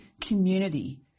community